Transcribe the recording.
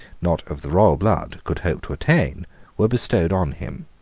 not of the royal blood, could hope to attain were bestowed on him.